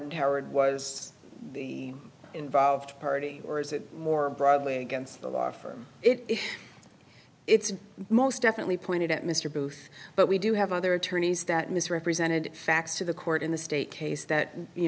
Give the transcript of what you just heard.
and howard was involved party or is it more broadly against the law firm it it's most definitely pointed at mr booth but we do have other attorneys that misrepresented facts to the court in the state case that you